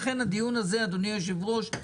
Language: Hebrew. אדוני היושב ראש,